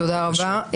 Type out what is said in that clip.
תודה רבה.